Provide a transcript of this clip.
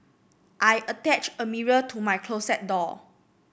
I attached a mirror to my closet door